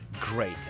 great